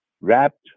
wrapped